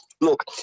look